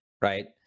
right